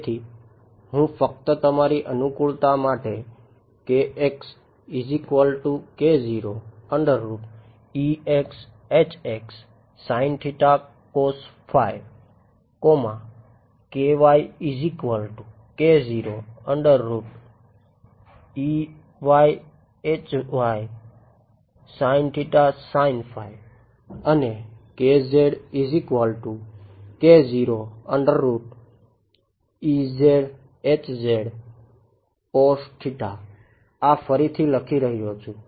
તેથી હું ફક્ત તમારી અનુકૂળતા માટે અને આ ફરીથી લખી રહ્યો છું